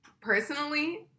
personally